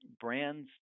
Brands